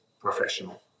professional